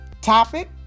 topic